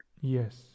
Yes